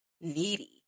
needy